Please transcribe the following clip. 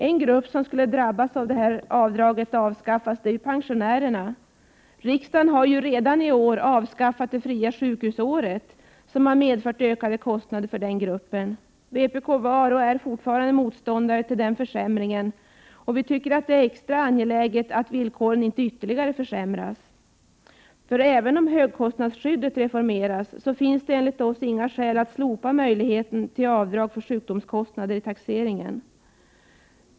En grupp som skulle drabbas om det här avdraget avskaffades är pensionärerna. Riksdagen har ju tidigare i år avskaffat det fria sjukhusåret, vilket har medfört ökade kostnader för pensionärerna. Vpk var och är fortfarande motståndare till den försämringen. Vi tycker att det är extra angeläget att villkoren inte ytterligare försämras. Även om högkostnadsskyddet reformeras, finns det enligt oss inte skäl att slopa möjligheten till avdrag för sjukdomskostnader i taxeringen.